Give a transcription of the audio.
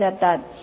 केली जातात